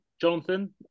Jonathan